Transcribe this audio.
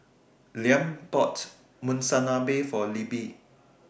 Liam bought Monsunabe For Libby